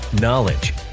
knowledge